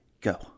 Go